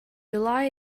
july